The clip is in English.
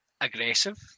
aggressive